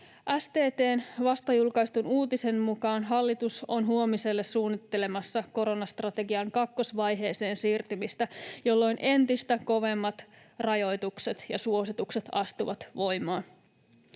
STT:n vastajulkaistun uutisen mukaan hallitus on huomiselle suunnittelemassa koronastrategian kakkosvaiheeseen siirtymistä, jolloin entistä kovemmat rajoitukset ja suositukset astuvat voimaan.